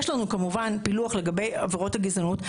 יש לנו, כמובן, פילוח לגבי עבירות הגזענות.